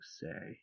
say